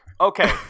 Okay